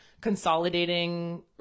consolidating